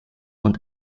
und